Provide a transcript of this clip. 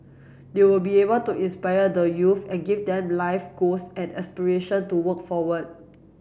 they will be able to inspire the youths and give them life goals and aspiration to work forward